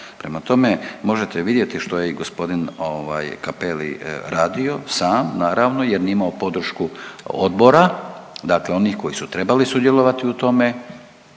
prema tome, možete vidjeti što je g. ovaj Cappelli radio, sam, naravno jer nije imao podršku Odbora, dakle onih koji su trebali sudjelovati u tome